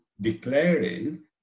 declaring